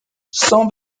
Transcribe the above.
sans